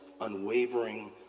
unwavering